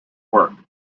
work